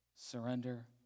Surrender